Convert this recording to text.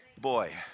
Boy